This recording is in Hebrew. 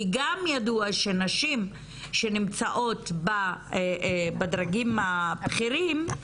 כי גם ידוע שנשים שנמצאות בדרגים הבכירים,